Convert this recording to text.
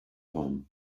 home